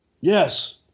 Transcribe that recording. Yes